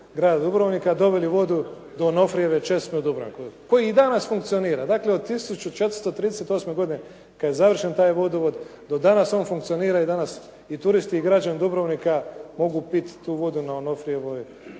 grada Dubrovnika doveli vodu do Onofrijeva česme u Dubrovniku, koji i danas funkcionira. Dakle, od 1438. godine kada je završen taj vodovod do danas on funkcionira i danas i turisti i građani grada Dubrovnika mogu piti tu vodu na Onofrijevoj